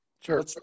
Sure